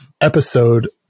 episode